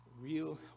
real